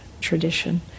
tradition